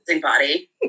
body